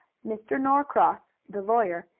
mr. norcross, the lawyer,